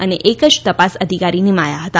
અને એક જ તપાસ અધિકારી નીમાયા હતા